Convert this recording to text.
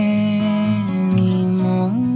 anymore